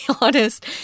honest